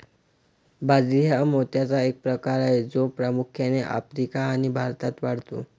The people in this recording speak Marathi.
बाजरी हा मोत्याचा एक प्रकार आहे जो प्रामुख्याने आफ्रिका आणि भारतात वाढतो